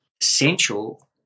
essential